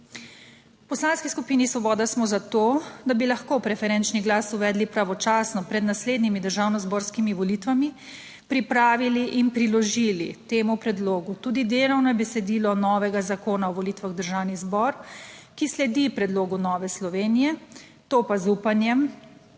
V Poslanski skupini Svoboda smo za to, da bi lahko preferenčni glas uvedli pravočasno pred **20. TRAK (VI) 11.35** (nadaljevanje) naslednjimi državnozborskimi volitvami pripravili in priložili temu predlogu tudi delovno besedilo novega zakona o volitvah v Državni zbor, ki sledi predlogu Nove Slovenije, to pa z upanjem,